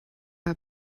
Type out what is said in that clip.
bei